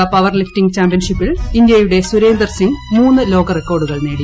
ലോക പവർലിഫ്റ്റിംഗ് ചാമ്പൃൻഷിപ്പിൽ ഇന്തൃയുടെ സുരേന്ദർസിംഗ് മൂന്ന് ലോക റിക്കാർഡുകൾ നേടി